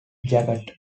jacket